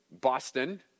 Boston